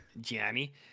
Johnny